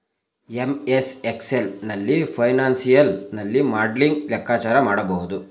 MS excel ನಲ್ಲಿ financial ನಲ್ಲಿ modelling ಲೆಕ್ಕಾಚಾರ ಮಾಡಬಹುದು